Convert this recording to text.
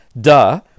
Duh